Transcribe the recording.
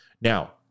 Now